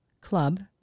club